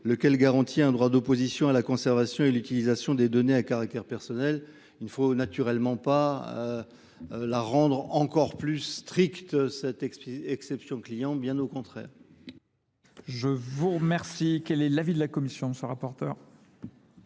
lequel garantit un droit d'opposition à la conservation et l'utilisation des données à caractère personnel. Il ne faut naturellement pas la rendre encore plus stricte, cette exception client, bien au contraire. Je vous remercie. Quel est l'avis de la commission de ce rapporteur ?